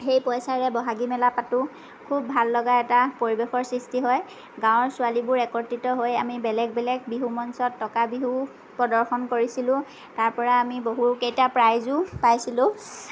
সেই পইচাৰে বহাগীমেলা পাতো খুব ভাল লগা এটা পৰিবেশৰ সৃষ্টি হয় গাঁৱৰ ছোৱালীবোৰ একত্ৰিত হৈ আমি বেলেগ বেলেগ বিহু মঞ্চত টকা বিহু প্ৰদৰ্শন কৰিছিলো তাৰ পৰা আমি বহুকেইটা প্ৰাইজো পাইছিলো